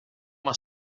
uma